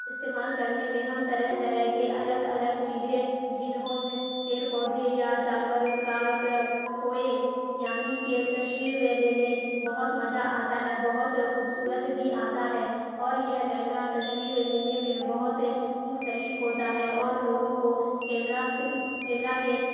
استعمال کرنے میں ہم طرح طرح کے الگ الگ چیزیں جنہوں پیڑ پودے یا جانوروں کا فوئے یعنی کہ تصویر لینے بہت مزہ آتا ہے بہت خوبصورت بھی آتا ہے اور یہ کیمرہ تصویر لینے میں بہت مختلف ہوتا ہے اور لوگوں کو کیمرہ سے کیمرہ کے